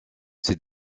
ces